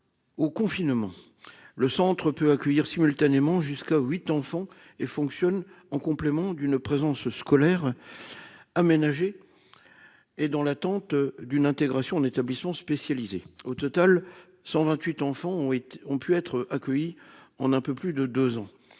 au confinement. Ce centre, qui peut accueillir simultanément jusqu'à 8 enfants, fonctionne en complément d'une présence scolaire aménagée et dans l'attente d'une intégration en établissement spécialisé. Au total, 128 enfants ont pu y être accueillis en un peu plus de deux ans.